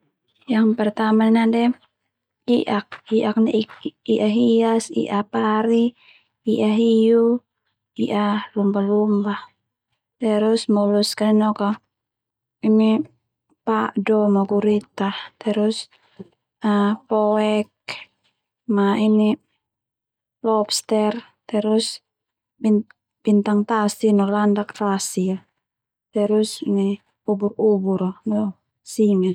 Yang pertama ndia na'de i'ak i'ak ndia i'ak hias, i'ak pari, i'ak hiu, i'ak lumba-lumba. Terus moluska ndia noka pad'o, ma gurita, terus ma poek, ma ini lobster, terus bintang tasi, no landak tasi, ma ubur-ubur, no singa.